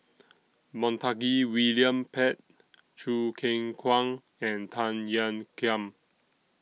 Montague William Pett Choo Keng Kwang and Tan Ean Kiam